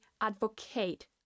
advocate